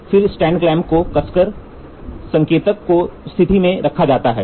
फिर stand clamp को कसकर संकेतक को स्थिति में रखा जाता है